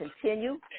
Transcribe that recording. continue